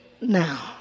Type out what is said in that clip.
now